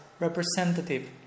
representative